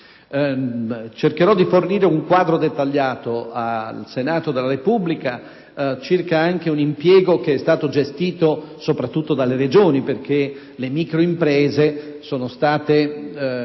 positivi. Fornirò un quadro dettagliato al Senato della Repubblica circa anche un impiego che è stato gestito soprattutto dalle Regioni, perché le microimprese sono state,